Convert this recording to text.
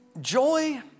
joy